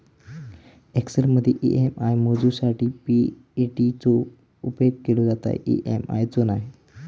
एक्सेलमदी ई.एम.आय मोजूच्यासाठी पी.ए.टी चो उपेग केलो जाता, ई.एम.आय चो नाय